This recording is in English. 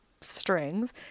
strings